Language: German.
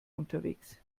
unterwegs